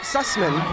Sussman